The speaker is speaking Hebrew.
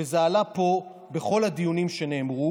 וזה עלה פה בכל הדיונים שהיו,